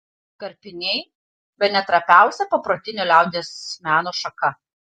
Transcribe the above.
karpiniai bene trapiausia paprotinio liaudies meno šaka